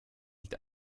nicht